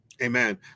Amen